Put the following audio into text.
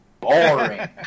boring